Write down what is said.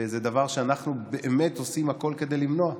זה דבר שאנחנו עושים באמת הכול כדי למנוע אותו.